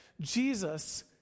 Jesus